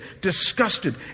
disgusted